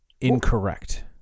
incorrect